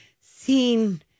seen